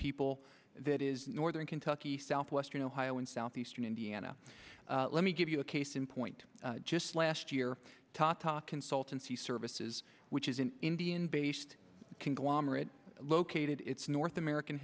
people that is northern kentucky southwestern ohio in southeastern indiana let me give you a case in point just last year ta ta consultancy services which is an indian based conglomerate located its north american